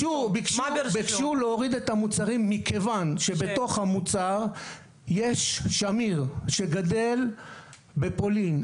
ביקשו להוריד את המוצרים מכיוון שבתוך המוצר יש שמיר שגדל בפולין,